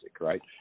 right